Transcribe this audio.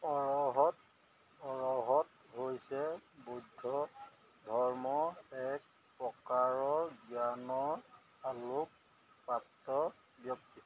অৰহত অৰহত হৈছে বৌদ্ধ ধৰ্মৰ এক প্ৰকাৰৰ জ্ঞানৰ আলোকপ্ৰাপ্ত ব্যক্তি